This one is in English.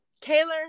Taylor